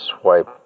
swipe